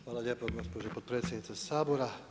Hvala lijepo gospođo potpredsjednice Sabora.